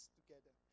together